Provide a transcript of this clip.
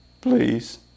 Please